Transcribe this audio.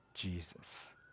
Jesus